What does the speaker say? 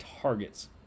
targets